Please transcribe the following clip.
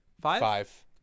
Five